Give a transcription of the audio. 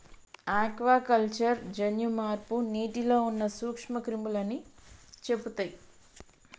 aquaculture జన్యు మార్పు నీటిలో ఉన్న నూక్ష్మ క్రిములని చెపుతయ్